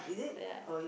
ya